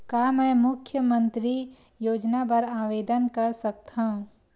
का मैं मुख्यमंतरी योजना बर आवेदन कर सकथव?